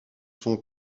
son